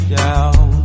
down